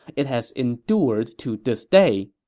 it has endured to this day.